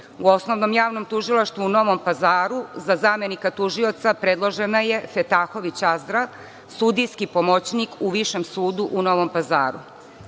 Osnovnom javnom tužilaštvu u Novom Pazaru za zamenika Javnog tužioca predložena je Fetahović Azra, sudijski pomoćnik u Višem sudu u Novom Pazaru.U